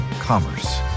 commerce